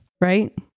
right